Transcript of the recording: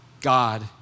God